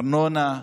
ארנונה,